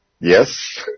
Yes